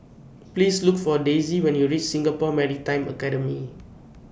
Please Look For Daisey when YOU REACH Singapore Maritime Academy